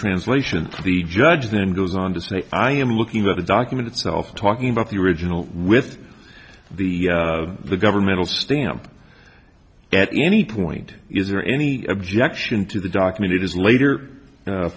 translation the judge then goes on to say i am looking at the document itself talking about the original with the the governmental stamp at any point is there any objection to the document it is later